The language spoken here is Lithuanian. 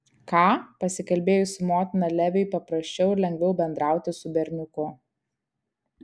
ką pasikalbėjus su motina leviui paprasčiau ir lengviau bendrauti su berniuku